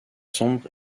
sombre